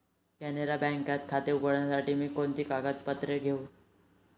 कॅनरा बँकेत खाते उघडण्यासाठी मी कोणती कागदपत्रे घेऊ?